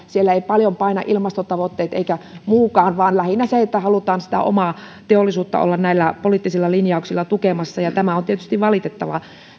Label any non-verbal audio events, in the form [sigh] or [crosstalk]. [unintelligible] siellä eivät paljon paina ilmastotavoitteet eikä muukaan vaan lähinnä se että halutaan sitä omaa teollisuutta olla näillä poliittisilla linjauksilla tukemassa ja tämä on tietysti valitettavaa